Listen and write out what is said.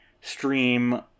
stream